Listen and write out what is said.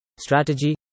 strategy